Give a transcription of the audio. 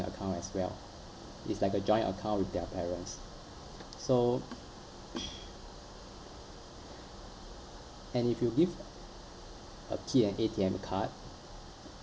account as well it's like a joint account with their parents so and if you give a kid an A_T_M card